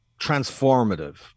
transformative